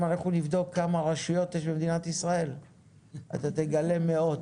אם אנחנו נבדוק כמה רשויות יש במדינת ישראל אתה תגלה מאות,